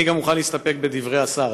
אני גם מוכן להסתפק בדברי השר.